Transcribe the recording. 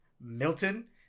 Milton